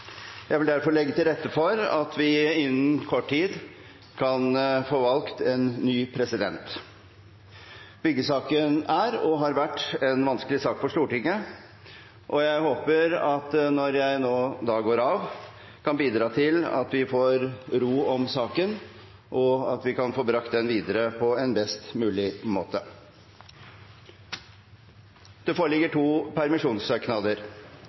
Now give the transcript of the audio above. Jeg vil legge til rette for at vi innen kort tid kan få valgt en ny president. Byggesaken er og har vært en vanskelig sak for Stortinget, og jeg håper at når jeg nå går av, at jeg kan bidra til at vi kan få ro om saken, og at vi kan få brakt den videre på en best mulig måte. Det foreligger to permisjonssøknader: